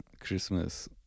Christmas